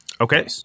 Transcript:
okay